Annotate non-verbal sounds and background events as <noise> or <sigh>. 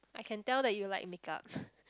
I can tell that you like makeup <breath>